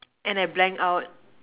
and I blank out